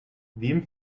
wem